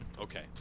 Okay